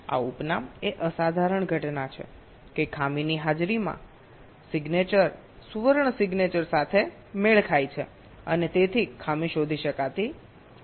આ ઉપનામ એ અસાધારણ ઘટના છે કે ખામીની હાજરીમાં સહી સુવર્ણ સહી સાથે મેળ ખાય છે અને તેથી ખામી શોધી શકાતી નથી